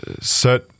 set